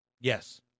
Yes